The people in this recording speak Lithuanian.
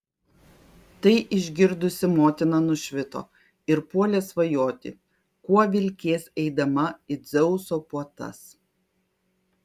tai išgirdusi motina nušvito ir puolė svajoti kuo vilkės eidama į dzeuso puotas